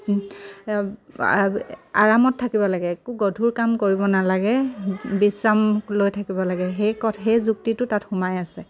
আৰামত থাকিব লাগে একো গধুৰ কাম কৰিব নালাগে বিশ্ৰাম লৈ থাকিব লাগে সেই কথা সেই যুক্তিটো তাত সোমাই আছে